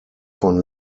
von